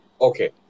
Okay